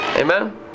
Amen